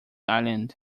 island